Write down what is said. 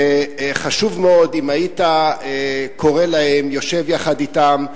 וחשוב מאוד אם היית קורא להם, יושב יחד אתם,